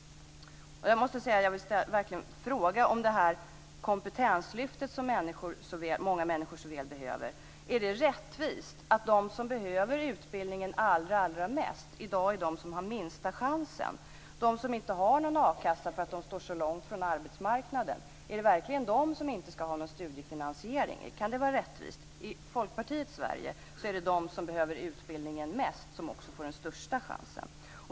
Jag vill beträffande det kompetenslyft som många människor så väl behöver fråga: Är det rättvist att de som behöver utbildningen allra mest i dag är de som har minsta chansen? Är det verkligen de som inte har någon a-kassa därför att de står så långt från arbetsmarknaden som inte skall ha någon studiefinansiering? Kan det vara rättvist? I Folkpartiets Sverige är det de som behöver utbildningen mest som också får den största chansen.